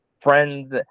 friends